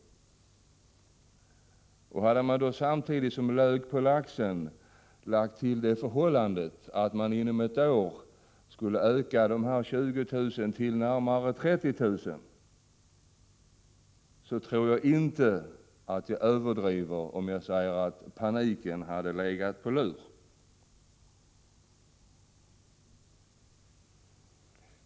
Jag tror inte att jag överdriver om jag säger att paniken hade legat på lur om man samtidigt — som lök på laxen — också hade pekat på det förhållandet att siffran 20 000 skulle ökas till närmare 30 000.